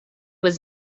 was